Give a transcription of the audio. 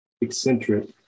eccentric